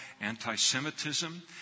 anti-Semitism